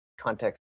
context